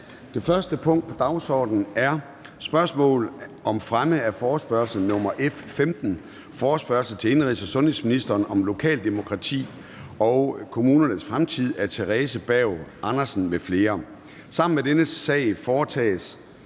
Det første punkt på dagsordenen er: 1) Spørgsmål om fremme af forespørgsel nr. F 15: Forespørgsel til indenrigs- og sundhedsministeren om lokaldemokratiet og kommunernes fremtid. Af Theresa Berg Andersen (SF) m.fl. (Anmeldelse